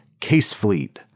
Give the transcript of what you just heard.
CaseFleet